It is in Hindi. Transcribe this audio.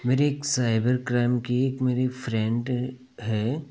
मेरे एक साइबर क्राइम की एक मेरी फ्रेंड है